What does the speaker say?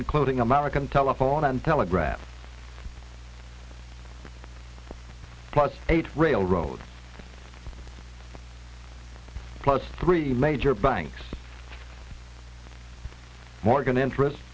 including american telephone and telegraph plus eight railroads plus three major banks morgan interests